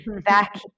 back